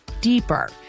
deeper